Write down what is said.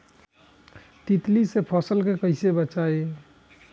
तितली से फसल के कइसे बचाई?